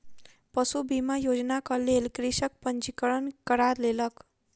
पशु बीमा योजनाक लेल कृषक पंजीकरण करा लेलक